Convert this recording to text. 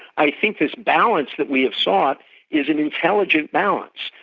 i think this balance that we have sought is an intelligent balance.